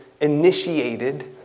initiated